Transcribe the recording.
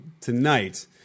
tonight